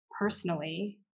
personally